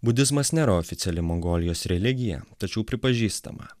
budizmas nėra oficiali mongolijos religija tačiau pripažįstama